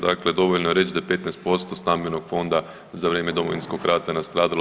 Dakle, dovoljno je reći da je 15% stambenog fonda za vrijeme Domovinskog rata nastradalo.